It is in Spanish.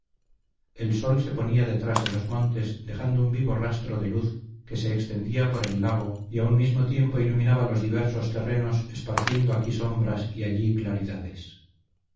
el sol se ponía detrás de los montes dejando un vivo rastro de luz que se extendía por el lago y a un mismo tiempo iluminaba los diversos terrenos esparciendo aquí sombras y allí claridades